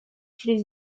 через